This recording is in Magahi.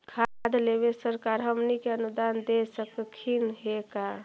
खाद लेबे सरकार हमनी के अनुदान दे सकखिन हे का?